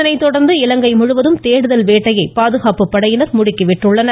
இதனைத்தொடா்ந்து நாடு முழுவதும் தேடுதல் வேட்டையை பாதுகாப்பு படையினா் முடுக்கி விட்டுள்ளனர்